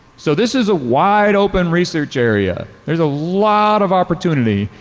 so this is a wide open research area. there's a lot of opportunity.